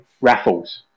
raffles